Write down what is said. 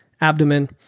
abdomen